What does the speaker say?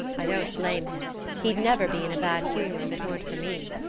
i don't blame him he'd never be in a bad humor if it weren't for me.